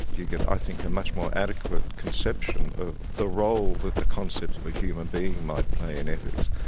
you get i think, a much more adequate conception of the role that the concept of a human being might play in ethics.